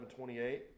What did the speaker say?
28